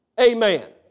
Amen